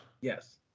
Yes